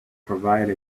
provide